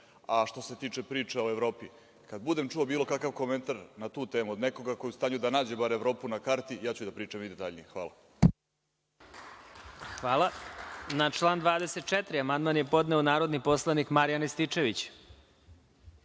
što se tiče priče o Evropi, kada budem čuo bilo kakav komentar na tu temu od nekoga ko je u stanju da nađe bar Evropu na karti, ja ću da pričam i detaljnije. Hvala. **Vladimir Marinković** Hvala. Na član 24. amandman je podneo narodni poslanik Marijan Rističević.